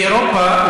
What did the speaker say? באירופה,